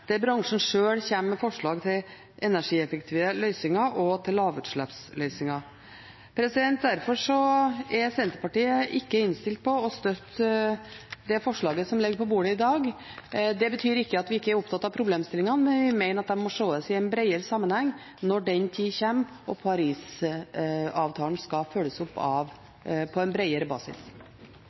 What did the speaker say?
bransjen sjøl kommer med forslag til energieffektive løsninger og til lavutslippsløsninger. Derfor er Senterpartiet ikke innstilt på å støtte det forslaget som ligger på bordet i dag. Det betyr ikke at vi ikke er opptatt av problemstillingene, men vi mener at de må ses i en bredere sammenheng når den tid kommer, og Paris-avtalen skal følges opp på en bredere basis.